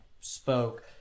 spoke